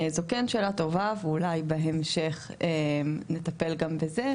זו כן שאלה טובה ואולי בהמשך נטפל גם בזה.